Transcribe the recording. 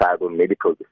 medical